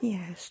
Yes